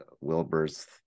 wilbur's